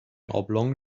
oblong